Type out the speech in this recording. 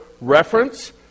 reference